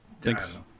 Thanks